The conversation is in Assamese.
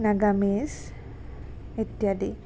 নাগামিজ ইত্যাদি